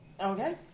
okay